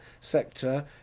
sector